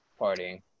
partying